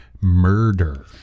murder